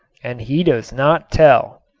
and he does not tell.